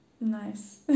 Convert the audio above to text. Nice